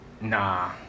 Nah